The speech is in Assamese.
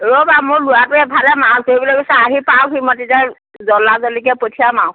ৰ'বা মোৰ ল'ৰাটোৱে এফালে মাছ ধৰিবলৈ গৈছে আহি পাৱকহি মই তেতিয়া জল্দা জল্দিকৈ পঠিয়াম আৰু